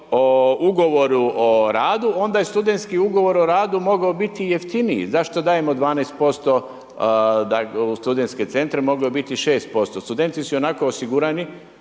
ugovoru o radu onda je studentski ugovor o radu mogao biti jeftiniji. Zašto dajemo 12% u studentske centre, moglo je biti 6%. Studenti su ionako osigurani